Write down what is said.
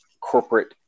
corporate